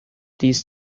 these